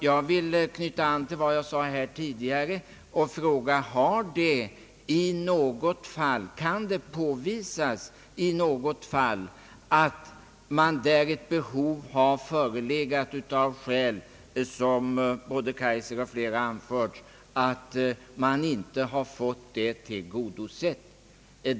Jag vill knyta an till vad jag tidigare sade och fråga: Kan det i något sådant fall påvisas att man, där ett behov av bostäder förelegat, av skäl som både herr Kaijser och flera andra har anfört inte fått det tillgodosett?